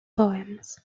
poems